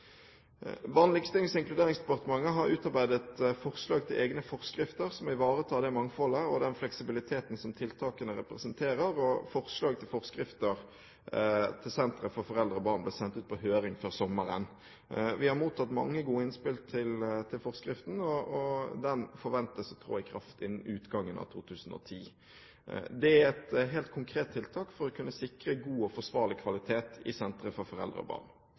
og inkluderingsdepartementet har utarbeidet forslag til egne forskrifter som ivaretar det mangfold og den fleksibilitet som tiltakene representerer. Forslag til forskrifter til sentre for foreldre og barn ble sendt ut på høring før sommeren. Vi har mottatt mange gode innspill til forskriften, og den forventes å tre i kraft innen utgangen av 2010. Det er et helt konkret tiltak for å kunne sikre god og forsvarlig kvalitet på sentre for foreldre og barn.